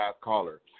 caller